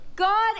God